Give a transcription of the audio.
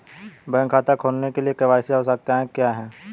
Bank खाता खोलने के लिए के.वाई.सी आवश्यकताएं क्या हैं?